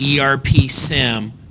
ERP-SIM